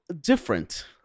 different